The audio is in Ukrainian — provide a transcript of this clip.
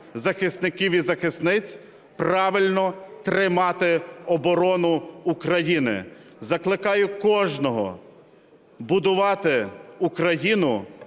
захисників і захисниць правильно тримати оборону України. Закликаю кожного будувати Україну